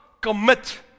commit